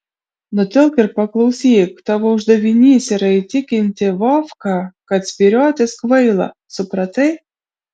nutilk ir paklausyk tavo uždavinys yra įtikinti vovką kad spyriotis kvaila supratai